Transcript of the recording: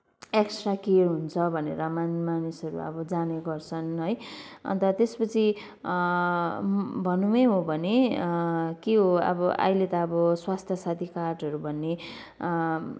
extra care हुन्छ भनेर मान मानिसहरू अब जाने गर्छन है अन्त त्यस पछि भन्नु नै हो भने के हो अब अहिले त अब स्वास्थ्य साथी कार्डहरू भन्ने